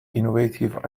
innovative